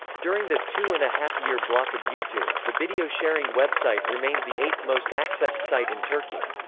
during the two and a half-year block of youtube, the video-sharing website remained the eighth-most-accessed site in turkey.